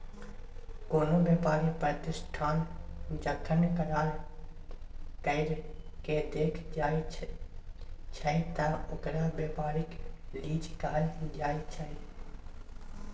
कोनो व्यापारी प्रतिष्ठान जखन करार कइर के देल जाइ छइ त ओकरा व्यापारिक लीज कहल जाइ छइ